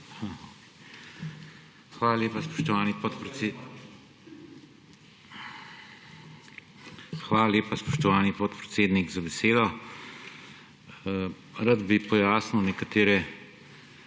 Hvala lepa, spoštovani podpredsednik, za besedo. Rad bi pojasnil nekatere